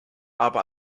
aber